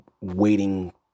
waiting